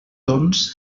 doncs